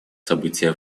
события